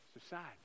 society